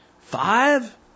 five